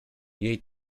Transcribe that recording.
jej